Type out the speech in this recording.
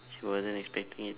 she wasn't expecting it